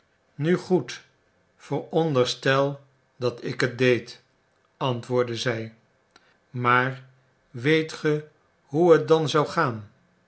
nu goed veronderstel dat ik het deed antwoordde zij maar weet ge hoe het dan zou gaan